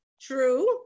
true